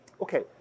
Okay